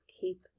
keep